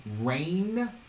rain